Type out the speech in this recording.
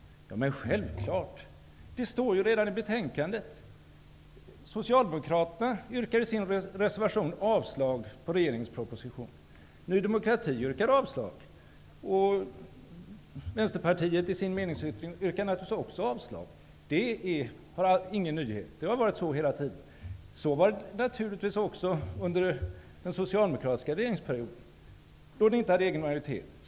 Ja, det är självklart! Det står ju redan i betänkandet. Socialdemokraterna yrkar i sin reservation avslag på regeringens proposition. Ny demokrati yrkar avslag. Vänsterpartiet yrkar naturligtvis också avslag i sin meningsyttring. Det är ingen nyhet -- det har varit så hela tiden. Så var det naturligtvis också under den socialdemokratiska regeringsperioden, då ni inte hade egen majoritet.